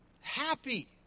happy